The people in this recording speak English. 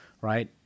right